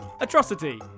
Atrocity